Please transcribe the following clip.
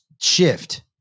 shift